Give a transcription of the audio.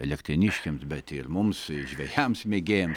elektrėniškiams bet ir mums žvejams mėgėjams